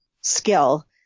skill